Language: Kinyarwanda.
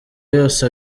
yose